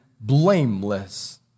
Blameless